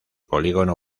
polígono